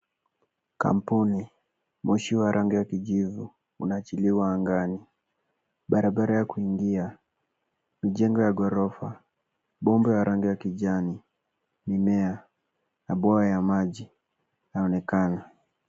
Kampuni, moshi wa rangi ya kijivu unaachiliwa angani. Barabara ya kuingia, mijengo ya ghorofa, bomba ya rangi ya kijani, mimea na bwawa ya maji inaonekana.